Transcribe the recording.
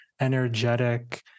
energetic